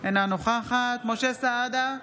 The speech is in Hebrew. אינה נוכחת משה סעדה,